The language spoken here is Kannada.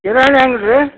ಕಿರಾಣಿ ಅಂಗಡಿ ರೀ